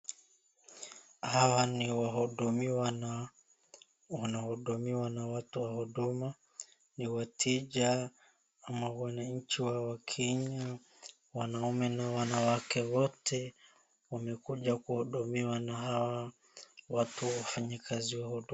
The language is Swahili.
Hawa ni wahudumiwa na wanahudumiwa na watu wa huduma, ni wateja ama wananchi wakenya, wanaume na wanawake wote, wamekuja kuhudumiwa na hawa watu wafanyikazi wa huduma.